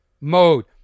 mode